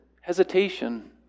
hesitation